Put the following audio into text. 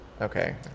Okay